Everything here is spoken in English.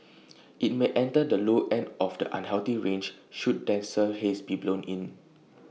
IT may enter the low end of the unhealthy range should denser haze be blown in